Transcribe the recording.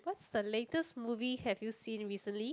what's the latest movie have you seen recently